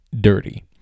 dirty